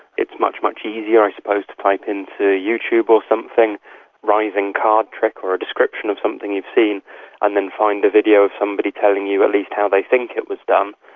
it's much, much easier i suppose to type into youtube or something rising card trick or a description of something you've seen and then find a video of somebody telling you at least how they think it was done,